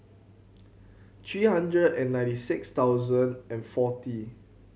three hundred and ninety six thousand and forty